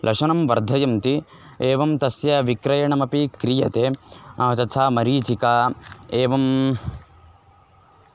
लशुनं वर्धयन्ति एवं तस्य विक्रयणमपि क्रियते तथा मरीचिका एवं